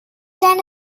then